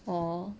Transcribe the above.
orh